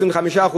25%,